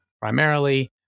primarily